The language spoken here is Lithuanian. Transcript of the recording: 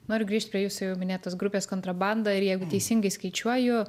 noriu grįžt jūsų jau minėtos grupės kontrabanda ir jeigu teisingai skaičiuoju